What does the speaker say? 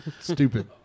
stupid